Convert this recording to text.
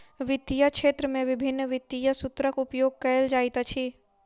वित्तीय क्षेत्र में विभिन्न वित्तीय सूत्रक उपयोग कयल जाइत अछि